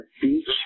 Beach